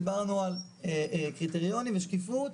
דיברנו על קריטריונים ושקיפות,